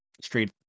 straight